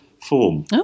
form